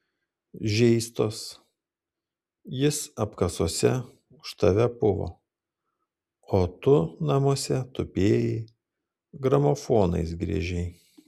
žeistos jis apkasuose už tave puvo o tu namuose tupėjai gramofonais griežei